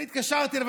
אני התקשרתי אליו,